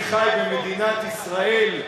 אני חי במדינת ישראל,